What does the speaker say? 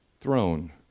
throne